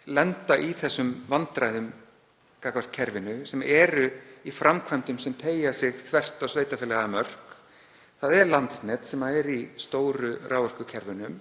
sem lenda í þessum vandræðum gagnvart kerfinu sem eru í framkvæmdum sem teygja sig þvert á sveitarfélagamörk. Það er Landsnet sem er í stóru raforkukerfunum